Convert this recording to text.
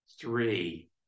Three